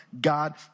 God